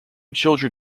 children